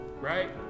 right